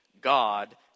God